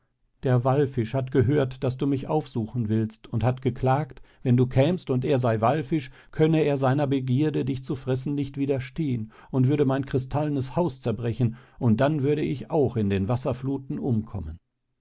der wallfisch hat gehört daß du mich aufsuchen willst und hat geklagt wenn du kämst und er sey wallfisch könne er seine begierde dich zu fressen nicht widerstehen und würde mein kristallenes haus zerbrechen und dann würde ich auch in den wasserfluten umkommen